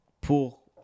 pour